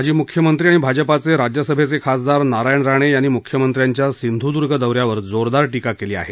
माजी मुख्यमंत्री आणि भाजपाचे राज्य सभेचे खासदार नारायण राणे यांनी मुख्यमंत्र्यांच्या सिंधुदुर्ग दौऱ्यावर जोरदार टीका केली आहे